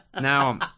Now